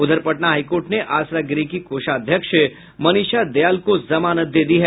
उधर Patna high court ने आसरा गृह की कोषाध्यक्ष मनीषा दयाल को जमानत दे दी है